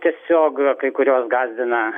tiesiog kai kuriuos gąsdina